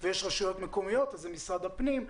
יש רשויות מקומיות, אז זה משרד הפנים.